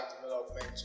development